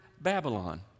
Babylon